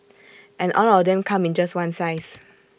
and all of them come in just one size